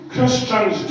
Christians